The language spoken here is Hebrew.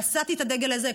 נשאתי את הדגל הזה.